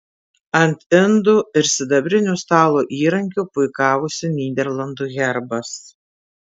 ant indų ir sidabrinių stalo įrankių puikavosi nyderlandų herbas